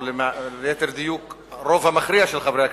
או ליתר דיוק הרוב המכריע של חברי הכנסת,